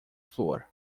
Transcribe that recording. flor